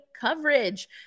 coverage